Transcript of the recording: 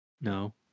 No